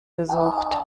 gesucht